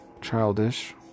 childish